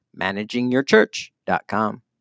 managingyourchurch.com